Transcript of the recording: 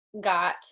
got